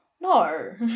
no